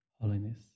holiness